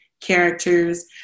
Characters